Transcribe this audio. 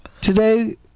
today